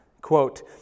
Quote